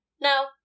No